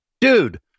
Dude